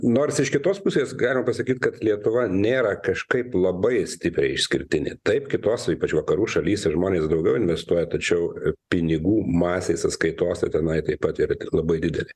nors iš kitos pusės galima pasakyt kad lietuva nėra kažkaip labai stipriai išskirtinė taip kitose ypač vakarų šalyse žmonės daugiau investuoja tačiau pinigų masės sąskaitose tenai taip pat yra labai didelė